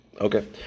Okay